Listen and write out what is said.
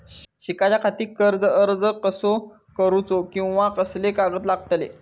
शिकाच्याखाती कर्ज अर्ज कसो करुचो कीवा कसले कागद लागतले?